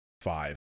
five